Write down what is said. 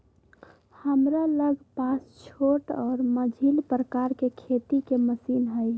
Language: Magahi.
हमरा लग पास छोट आऽ मझिला प्रकार के खेती के मशीन हई